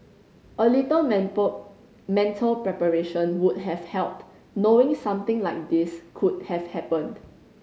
a little mental preparation would have helped knowing something like this could have happened